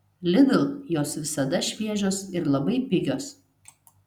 lidl jos visada šviežios ir labai pigios